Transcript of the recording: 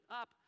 up